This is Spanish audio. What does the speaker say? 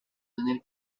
tener